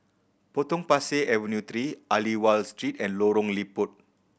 Potong Pasir Avenue Three Aliwal Street and Lorong Liput